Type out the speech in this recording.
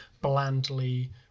blandly